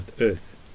earth